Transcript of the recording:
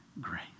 grace